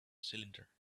cylinder